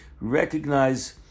recognize